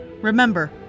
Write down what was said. Remember